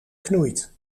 knoeit